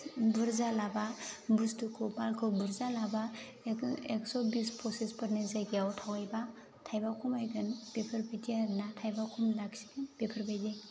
बुरजा लाबा बुस्थुखौ मालखौ बुरजा लाबा एखो एक्स' बिस फसिसफोरनि जायगायाव थाव एबा थायबा खमायगोन बेफोरबादि आरोना थायबा खम लाखिगोन बेफोरबादि